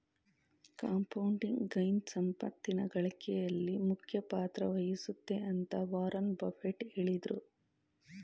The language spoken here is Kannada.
ಕಂಪೌಂಡಿಂಗ್ ಗೈನ್ ಸಂಪತ್ತಿನ ಗಳಿಕೆಯಲ್ಲಿ ಮುಖ್ಯ ಪಾತ್ರ ವಹಿಸುತ್ತೆ ಅಂತ ವಾರನ್ ಬಫೆಟ್ ಹೇಳಿದ್ರು